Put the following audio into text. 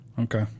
okay